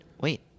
wait